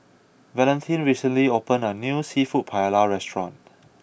Valentin recently opened a new Seafood Paella restaurant